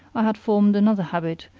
i had formed another habit,